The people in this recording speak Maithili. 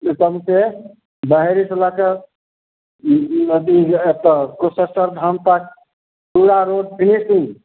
ओहिठाम से बहेड़ी सऽ लऽ के अथी एतऽ कुशेश्वर धाम तक पूरा रोड फिनिशिङ्ग